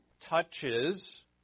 touches